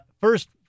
first